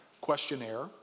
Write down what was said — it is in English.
questionnaire